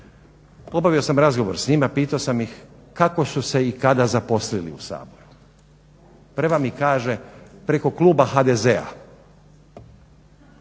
Obavio sam razgovor s njima, pitao sam ih kako su se i kada zaposlili u Saboru. Prva mi kaže preko kluba HDZ-a.